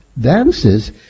dances